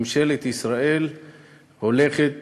ממשלת ישראל הולכת